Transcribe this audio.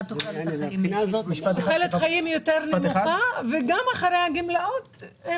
תוחלת החיים היא יותר נמוכה וגם אחרי היציאה לגמלאות,